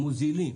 שמוזילים,